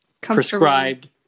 prescribed